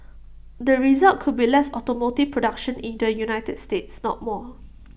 the result could be less automotive production in the united states not more